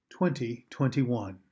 2021